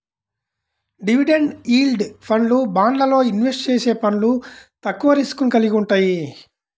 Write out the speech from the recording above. dividend yield ఫండ్లు, బాండ్లల్లో invest చేసే ఫండ్లు తక్కువ రిస్క్ ని కలిగి వుంటయ్యి